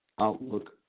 outlook